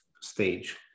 stage